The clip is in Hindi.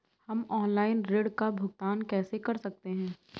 हम ऑनलाइन ऋण का भुगतान कैसे कर सकते हैं?